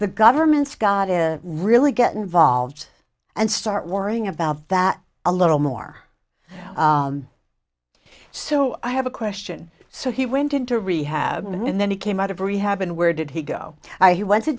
the government's got is to really get involved and start worrying about that a little more so i have a question so he went into rehab and then he came out of rehab and where did he go i he went to